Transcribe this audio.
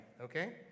Okay